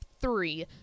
three